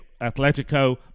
Atletico